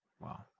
Wow